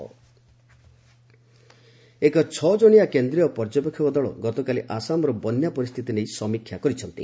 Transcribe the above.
flood Assam ଏକ ଛଅଜଣିଆ କେନ୍ଦ୍ରୀୟ ପର୍ଯ୍ୟବେକ୍ଷକ ଦଳ ଗତକାଲି ଆସାମର ବନ୍ୟା ପରିସ୍ଥିତି ନେଇ ସମୀକ୍ଷା କରିଛନ୍ତି